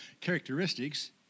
characteristics